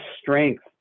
strength